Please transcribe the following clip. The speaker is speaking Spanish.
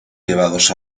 llevados